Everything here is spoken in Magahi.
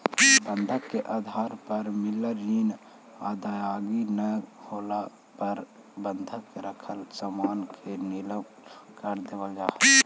बंधक के आधार पर मिलल ऋण के अदायगी न होला पर बंधक रखल सामान के नीलम कर देवल जा हई